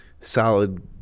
solid